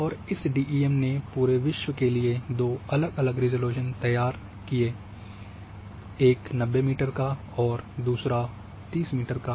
और इस डीईएम ने पूरे विश्व के लिए दो अलग अलग रिज़ॉल्यूशन तैयार किए एक 90 मीटर का और दूसरा 30 मीटर का